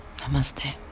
namaste